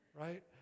right